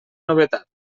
novetat